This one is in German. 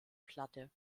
platte